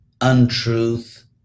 untruth